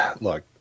look